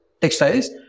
textiles